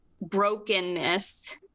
brokenness